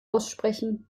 aussprechen